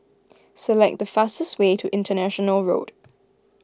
select the fastest way to International Road